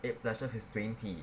eight plus tweleve is twenty